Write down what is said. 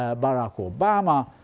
ah barack obama,